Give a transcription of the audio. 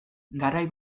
garai